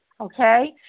okay